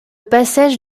passage